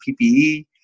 PPE